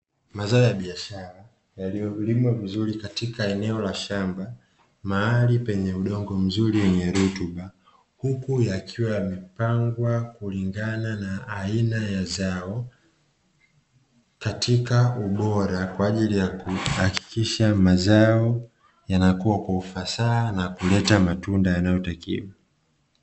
Mazao ya biashara yaliyolima vizuri katika eneo la shamba mahali penye udongo mzuri wenye rutuba, huku yakiwa yamepangwa kulingana na aina ya zao katika ubora kwa ajili ya kuhakikisha mazao yanakua kwa ufasaha na kuleta matunda yanayotakiwa.